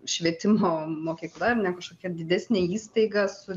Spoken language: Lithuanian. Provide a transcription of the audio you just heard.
švietimo mokykla ar ne kažkokia didesnė įstaiga su